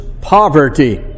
poverty